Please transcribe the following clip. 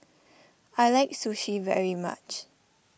I like Sushi very much